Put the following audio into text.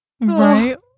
Right